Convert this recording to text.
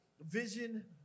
vision